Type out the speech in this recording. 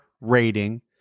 rating